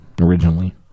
originally